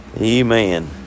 Amen